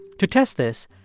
to test this,